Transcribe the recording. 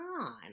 on